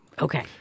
Okay